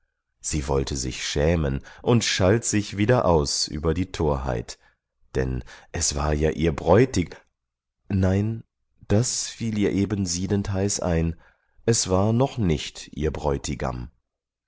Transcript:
sie wollte sich schämen und schalt sich wieder aus über die torheit denn es war ja ihr bräutig nein das fiel ihr eben siedendheiß ein es war noch nicht ihr bräutigam